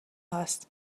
هست